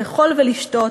לאכול ולשתות,